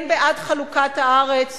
כן בעד חלוקת הארץ,